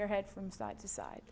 your head from side to side